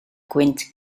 gwynt